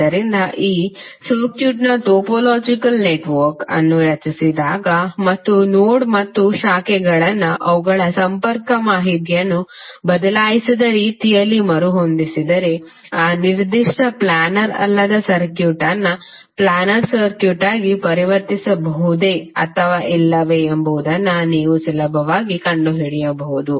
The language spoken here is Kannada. ಆದ್ದರಿಂದ ಈ ಸರ್ಕ್ಯೂಟ್ನ ಟೊಪೊಲಾಜಿಕಲ್ ನೆಟ್ವರ್ಕ್ ಅನ್ನು ರಚಿಸಿದಾಗ ಮತ್ತು ನೋಡ್ ಮತ್ತು ಶಾಖೆಗಳನ್ನು ಅವುಗಳ ಸಂಪರ್ಕ ಮಾಹಿತಿಯನ್ನು ಬದಲಾಯಿಸದ ರೀತಿಯಲ್ಲಿ ಮರುಹೊಂದಿಸಿದರೆ ಆ ನಿರ್ದಿಷ್ಟ ಪ್ಲ್ಯಾನರ್ ಅಲ್ಲದ ಸರ್ಕ್ಯೂಟ್ ಅನ್ನು ಪ್ಲ್ಯಾನರ್ ಸರ್ಕ್ಯೂಟ್ ಆಗಿ ಪರಿವರ್ತಿಸಬಹುದೇ ಅಥವಾ ಇಲ್ಲವೇ ಎಂಬುದನ್ನು ನೀವು ಸುಲಭವಾಗಿ ಕಂಡುಹಿಡಿಯಬಹುದು